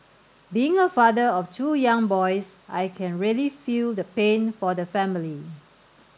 being a father of two young boys I can really feel the pain for the family